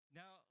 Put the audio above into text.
now